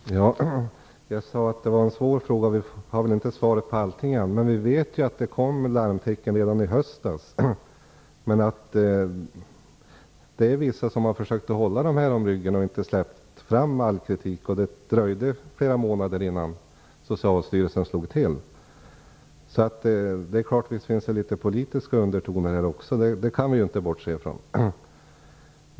Fru talman! Jag sade att det var en svår fråga, och vi har väl inte svaret på allt än. Vi vet att det kom larmtecken redan i höstas, men att vissa har försökt att hålla de inblandade om ryggen och inte har släppt fram all kritik. Det dröjde flera månader innan Socialstyrelsen slog till. Visst finns det politiska undertoner här också. Det kan vi inte bortse från.